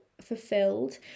fulfilled